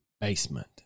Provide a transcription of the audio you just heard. basement